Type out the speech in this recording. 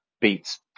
beats